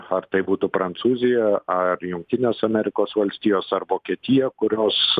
ar tai būtų prancūzija ar jungtinės amerikos valstijos ar vokietija kurios